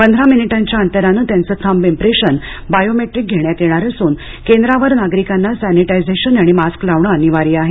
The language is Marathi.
पंधरा मिनिटांच्या अंतराने त्यांचे थम्ब इम्प्रेशन बायोमॅट्रीक घेण्यात येणार असून केंद्रांवर नागरिकांना सॅनिटायझेशन आणि मास्क लावणे अनिवार्य आहे